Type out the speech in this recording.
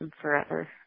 forever